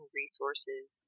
resources